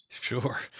Sure